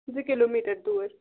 زٕ kilometre دوٗر